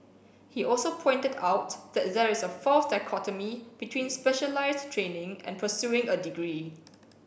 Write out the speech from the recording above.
he also pointed out that there is a false dichotomy between specialized training and pursuing a degree